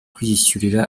kwiyishyurira